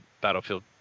Battlefield